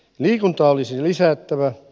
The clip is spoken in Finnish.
liikuntaa olisi lisättävä